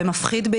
ובעיקר מפחיד.